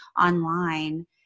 online